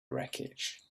wreckage